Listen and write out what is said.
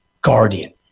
guardian